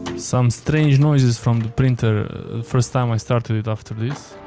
some strange noises from the printer the first time i started it after this.